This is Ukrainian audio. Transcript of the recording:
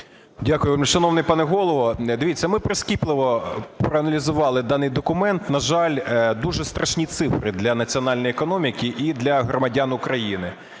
Дякую, шановний пане Голово. Дивіться, ми прискіпливо проаналізували даний документ. На жаль, дуже страшні цифри для національної економіки і для громадян України.